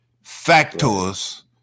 factors